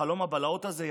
חלום הבלהות הזה,